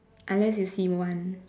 unless you seem one